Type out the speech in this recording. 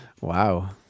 Wow